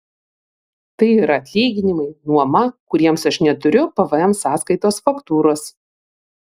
tai yra atlyginimai nuoma kuriems aš neturiu pvm sąskaitos faktūros